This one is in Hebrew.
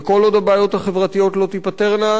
וכל עוד הבעיות החברתיות לא תיפתרנה,